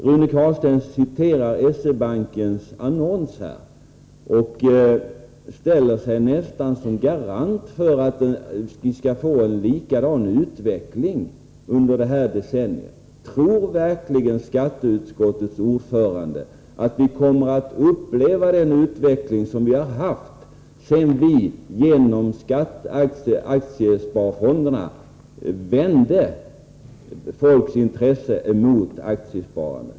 Rune Carlstein citerade S-E-Bankens annons och ställde sig nästan som garant för att utvecklingen skulle bli likadan under detta decennium. Tror verkligen skatteutskottets ordförande att vi återigen kommer att uppleva den utveckling som vi haft sedan vi genom aktiesparfonderna riktade folks intresse mot aktiesparande?